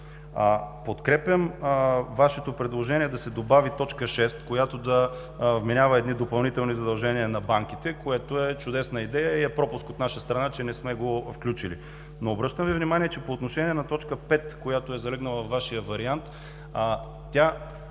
Подкрепям Вашето предложение да се добави т. 6, която да вменява допълнителни задължения на банките, което е чудесна идея и е пропуск от наша страна, че не сме го включили. Обръщам Ви внимание, че по същество т. 5, която е залегнала във Вашия вариант, е